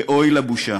ואוי לבושה.